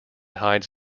hides